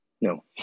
no